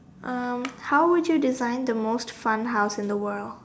how would you design the most fun house in the world